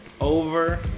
Over